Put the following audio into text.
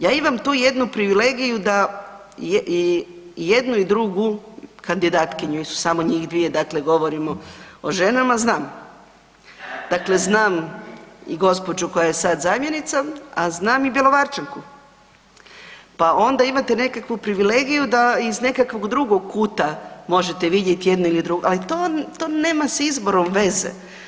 Ja imam tu jednu privilegiju da jednu i drugu kandidatkinju jer su samo njih dvije, dakle govorimo o ženama, znam, dakle znam i gospođu koja je sad zamjenica, a znam i Bjelovarčanku pa onda imate nekakvu privilegiju da iz nekakvog drugog kuta možete vidjet jedno ili drugo, ali to nema s izborom veze.